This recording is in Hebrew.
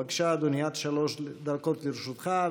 בבקשה, אדוני, עד שלוש דקות לרשותך.